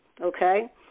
Okay